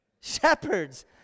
shepherds